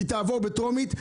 היא תעבור בטרומית.